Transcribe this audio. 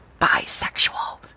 bisexual